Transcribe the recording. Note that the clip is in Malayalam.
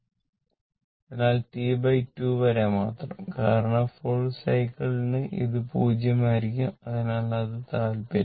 അതിനാൽ T2 വരെ മാത്രം കാരണം ഫുൾ സൈക്കിൾ ന് ഇത് 0 ആയിരിക്കും അതിനാൽ അത് താൽപ്പര്യമില്ല